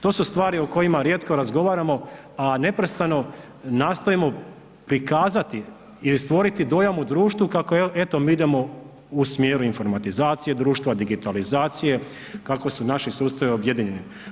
To su stvari o kojima rijetko razgovaramo, a neprestano nastojimo prikazati i stvoriti dojam u društvu kako eto mi idemo u smjeru informatizacije društva, digitalizacije kako su naši sustavi objedinjeni.